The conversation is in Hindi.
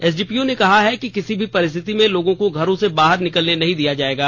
एसडीपीओ ने कहा है कि किसी भी परिस्थिति में लोगों को घरों से बाहर निकलने नहीं दिया जाएगा